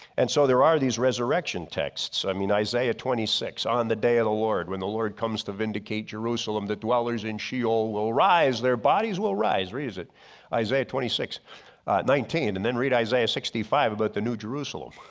and so, there are these resurrection texts. i mean isaiah twenty six on the day of the lord, when the lord comes to vindicate jerusalem that dwellers in sheol will rise, their bodies will rise reason isaiah twenty six nineteen. and then read isaiah sixty five about the new jerusalem.